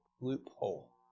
loophole